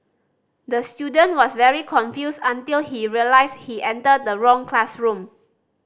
the student was very confused until he realised he entered the wrong classroom